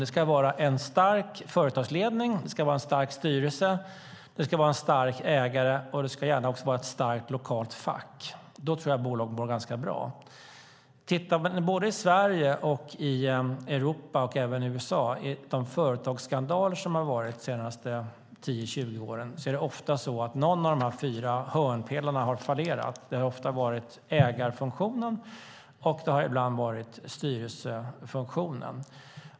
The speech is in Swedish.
Det ska vara en stark företagsledning, det ska vara en stark styrelse, det ska vara en stark ägare och det ska gärna också vara ett starkt lokalt fack. Då tror jag att bolag mår ganska bra. I de företagsskandaler som har inträffat i Sverige, Europa och även USA de senaste tio tjugo åren har det oftast varit så att någon av de här fyra hörnpelarna har fallerat. Det har ofta varit ägarfunktionen, och det har ibland varit styrelsefunktionen.